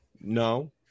No